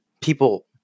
people